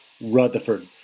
Rutherford